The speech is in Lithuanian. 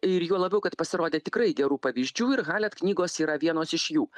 ir juo labiau kad pasirodė tikrai gerų pavyzdžių ir halet knygos yra vienos iš jų